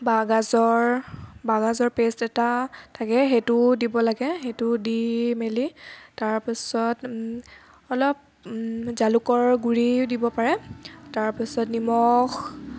বাঁহগাজৰ বাঁহগাজৰ পে'ষ্ট এটা থাকে সেইটোও দিব লাগে সেইটোও দি মেলি তাৰপিছত অলপ জালুকৰ গুড়ি দিব পাৰে তাৰপিছত নিমখ